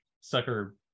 sucker